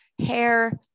hair